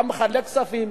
גם מחלק כספים,